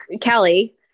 Kelly